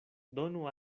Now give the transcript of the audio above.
donu